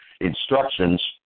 instructions